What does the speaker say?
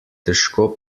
težko